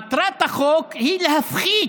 מטרת החוק היא להפחית